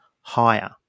higher